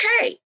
okay